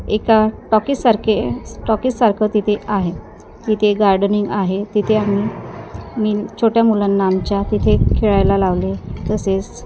एका टॉकीजसारके टॉकीजसारखं तिथे आहे तिथे गार्डनिंग आहे तिथे आम्ही मी छोट्या मुलांना आमच्या तिथे खेळायला लावले तसेच